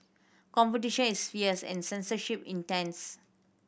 competition is fierce and censorship intense